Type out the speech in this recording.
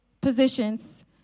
positions